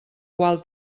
qual